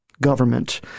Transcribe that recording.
government